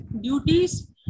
Duties